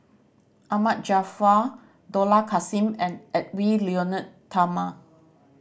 Ahmad Jaafar Dollah Kassim and Edwy Lyonet Talma